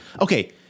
Okay